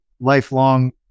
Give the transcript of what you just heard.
lifelong